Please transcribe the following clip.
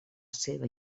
seva